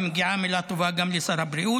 ומגיעה מילה טובה גם לשר הבריאות,